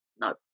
no